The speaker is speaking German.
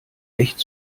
echt